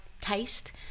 taste